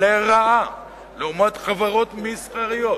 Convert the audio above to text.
לרעה לעומת חברות מסחריות